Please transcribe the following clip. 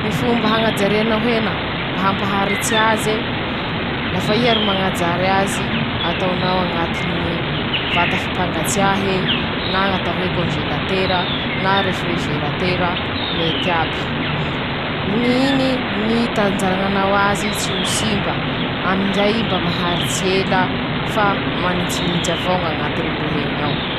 Ñy fomba hañajarianao hena, mba hampaharitsy azy e: -Lafa iha ro mañajary azy, ataonao añatiny ñy vata fapangatsiaha ey, na ñatao hoe congélateur a,na refrigératera, mety aby; ñy itanjañanao azy tsy ho simba, aminy zay mba maharitsy ela famanintsinintsy avao ñañatiny rah'eñy ao.